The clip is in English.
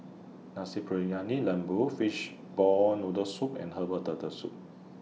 Nasi Briyani Lembu Fishball Noodle Soup and Herbal Turtle Soup